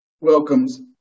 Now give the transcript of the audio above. welcomes